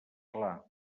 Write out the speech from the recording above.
clar